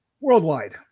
Worldwide